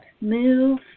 Move